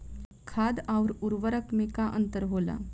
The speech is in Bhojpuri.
खाद्य आउर उर्वरक में का अंतर होला?